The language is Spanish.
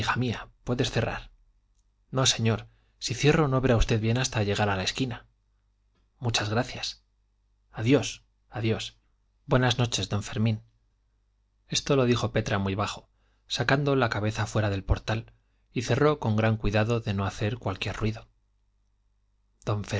mía puedes cerrar no señor si cierro no verá usted bien hasta llegar a la esquina muchas gracias adiós adiós buenas noches d fermín esto lo dijo petra muy bajo sacando la cabeza fuera del portal y cerró con gran cuidado de no hacer cualquier ruido